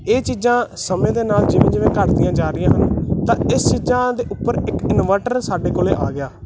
ਇਹ ਚੀਜ਼ਾਂ ਸਮੇਂ ਦੇ ਨਾਲ ਜਿਵੇਂ ਜਿਵੇਂ ਘੱਟ ਦੀਆਂ ਜਾ ਰਹੀਆਂ ਹਨ ਤਾਂ ਇਸ ਚੀਜ਼ਾਂ ਦੇ ਉੱਪਰ ਇੱਕ ਇਨਵਰਟਰ ਸਾਡੇ ਕੋਲ ਆ ਗਿਆ